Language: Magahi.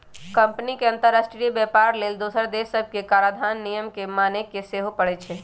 कंपनी के अंतरराष्ट्रीय व्यापार लेल दोसर देश सभके कराधान नियम के माने के सेहो परै छै